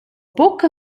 buca